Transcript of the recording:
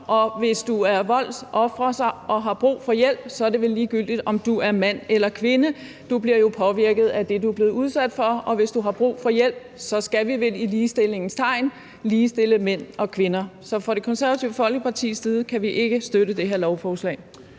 og hvis du er voldsoffer og har brug for hjælp, er det vel ligegyldigt, om du er mand eller kvinde – du bliver jo påvirket af det, du er blevet udsat for, og hvis du har brug for hjælp, skal vi vel i ligestillingens navn ligestille mænd og kvinder. Så fra Det Konservative Folkepartis side kan vi ikke støtte det her lovforslag.